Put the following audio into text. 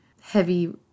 heavy